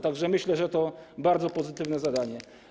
Tak że myślę, że to bardzo pozytywne rozwiązanie.